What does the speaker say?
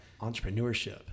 entrepreneurship